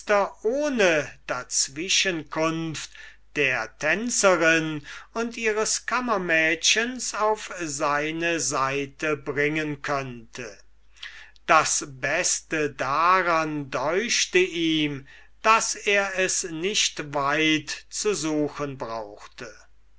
ohne dazwischenkunft der tänzerin und ihres aufwartmädchens auf seine seite bringen könnte das beste davon deuchte ihm daß er es nicht weit zu suchen brauchte